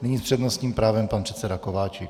Nyní s přednostním právem pan předseda Kováčik.